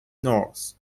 north